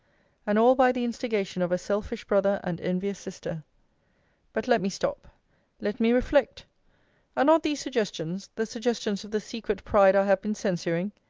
and all by the instigation of a selfish brother, and envious sister but let me stop let me reflect are not these suggestions the suggestions of the secret pride i have been censuring?